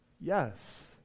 Yes